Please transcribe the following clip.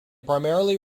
primarily